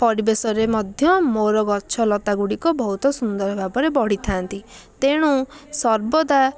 ପରିବେଶରେ ମଧ୍ୟ ମୋର ଗଛ ଲତାଗୁଡ଼ିକ ବହୁତ ସୁନ୍ଦର ଭାବରେ ବଢିଥାନ୍ତି ତେଣୁ ସର୍ବଦା